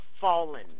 fallen